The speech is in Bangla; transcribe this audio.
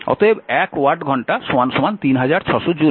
অতএব এক ওয়াট ঘন্টা 3600 জুল